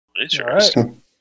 Interesting